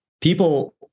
People